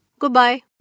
Goodbye